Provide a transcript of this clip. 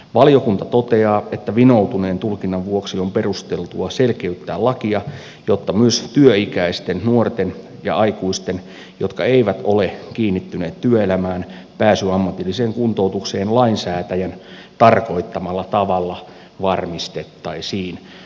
valiokunta toteaa että vinoutuneen tulkinnan vuoksi on perusteltua selkeyttää lakia jotta myös työikäisten nuorten ja aikuisten jotka eivät ole kiinnittyneet työelämään pääsy ammatilliseen kuntoutukseen lainsäätäjän tarkoittamalla tavalla varmistettaisiin